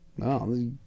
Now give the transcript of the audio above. No